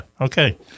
okay